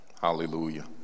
Hallelujah